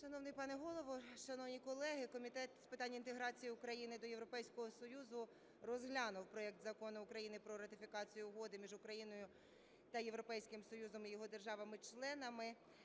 Шановний пане Голово, шановні колеги! Комітет з питань інтеграції України до Європейського Союзу розглянув проект Закону України про ратифікацію Угоди між Україною та Європейським Союзом і його державами-членами